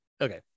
Okay